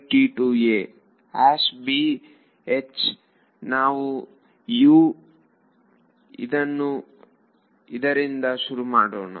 b ನಾವು ಇದರಿಂದ ಶುರು ಮಾಡೋಣ